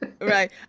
Right